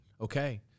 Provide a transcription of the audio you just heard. Okay